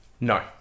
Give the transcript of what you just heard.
No